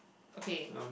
okay